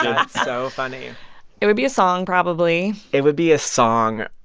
that's so funny it would be a song, probably it would be a song.